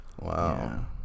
Wow